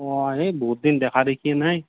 অঁ এই বহুত দিন দেখা দেখিয়েই নাই